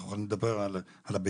אנחנו יכולים לדבר על הביטחון,